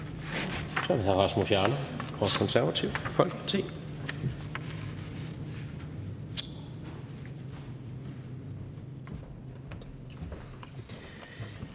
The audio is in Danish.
Så er det hr. Rasmus Jarlov fra Det Konservative Folkeparti.